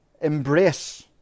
embrace